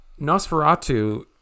Nosferatu